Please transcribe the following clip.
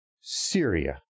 Syria